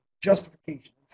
Justification